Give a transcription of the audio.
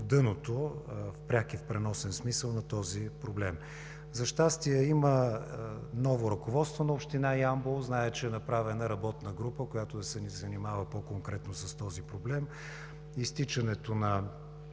дъното – в пряк и в преносен смисъл, на този проблем. За щастие, има ново ръководство на община Ямбол. Зная, че е направена работна група, която да се занимава по-конкретно с този проблем. Изтичането на